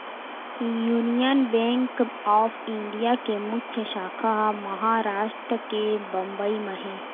union Bank of India के मुख्य साखा ह महारास्ट के बंबई म हे